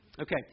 Okay